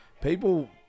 People